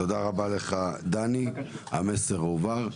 תודה רבה לך דני, המסר הועבר.